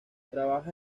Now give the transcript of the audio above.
trabaja